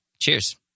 Cheers